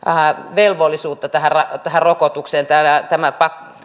velvollisuutta tähän tähän rokotukseen tällaista